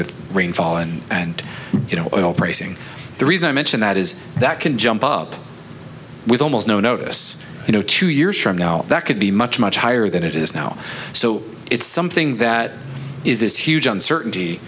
with rainfall and and you know oil pricing the reason i mention that is that can jump up with almost no notice you know two years from now that could be much much higher than it is now so it's something that is this huge uncertainty